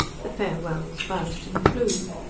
the farewells buzzed and flew.